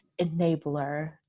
enabler